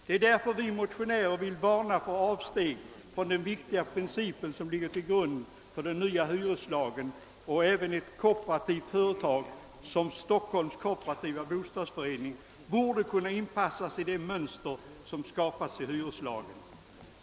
Det är därför vi motionärer vill varna för avsteg från de viktiga principer som ligger till grund för den nya hyreslagen. Även ett kooperativt företag som Stockholms Kooperativa bostadsförening borde kunna inpassas i det mönster som skapats i hyreslagen.